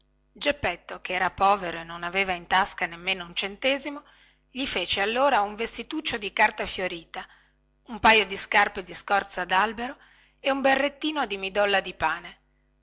geppetto che era povero e non aveva in tasca nemmeno un centesimo gli fece allora un vestituccio di carta fiorita un paio di scarpe di scorza di albero e un berrettino di midolla di pane